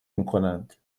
میکنند